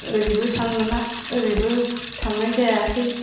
ओरैबो थांनो मोना ओरैबो थांनाय जायासै